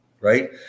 Right